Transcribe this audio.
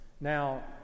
Now